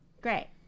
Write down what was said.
Great